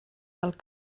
del